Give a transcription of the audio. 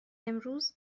امروز